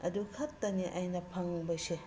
ꯑꯗꯨ ꯈꯛꯇꯅꯤ ꯑꯩꯅ ꯐꯪꯕꯁꯦ